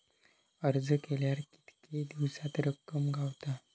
अर्ज केल्यार कीतके दिवसात रक्कम गावता?